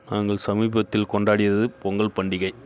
நாங்கள் சமீபத்தில் கொண்டாடியது பொங்கல் பண்டிகை